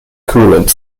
coolant